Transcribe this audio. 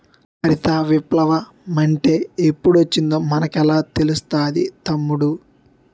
హరిత విప్లవ మంటే ఎప్పుడొచ్చిందో మనకెలా తెలుస్తాది తమ్ముడూ?